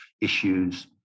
issues